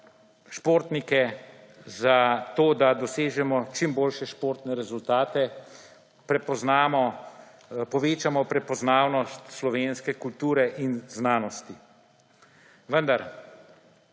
športnike, za to, da dosežemo čim boljše športne rezultate, povečamo prepoznavnost slovenske kulture in znanosti. Vendar,